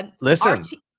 Listen